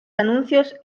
anuncios